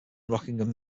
rockingham